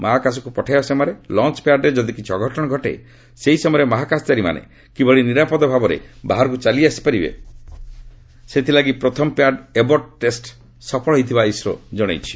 ମହାକାଶକ୍ର ପଠାଇବା ସମୟରେ ଲଞ୍ଚପ୍ୟାଡ୍ରେ ଯଦି କିଛି ଅଘଟଣ ଘଟେ ସେହି ସମୟରେ ମହାକାଚାଶଚାରୀମାନେ କିଭଳି ନିରାପଦ ଭାବରେ ବାହାରକୁ ଚାଲି ଆସିପାରିବେ ସେଥିଲାଗି ପ୍ରଥମ ପ୍ୟାଡ୍ ଏବର୍ଟ ଟେଷ୍ଟ ସଫଳ ହୋଇଥିବା ଇସ୍ରୋ ଜଣାଇଛି